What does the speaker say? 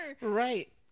Right